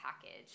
package